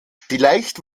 vielleicht